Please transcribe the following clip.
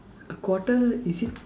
a quarter is it